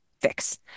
fix